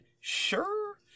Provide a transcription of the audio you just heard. sure